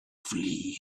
flee